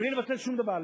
בלי לבטל שום דבר,